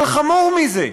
אבל חמור מזה,